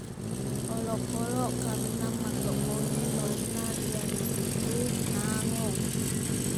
Olokkoloq kaminang makkebbongnge baunna iyanaritu nango